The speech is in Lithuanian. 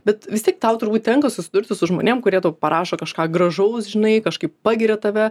bet vis tiek tau turbūt tenka susidurti su žmonėm kurie tau parašo kažką gražaus žinai kažkaip pagiria tave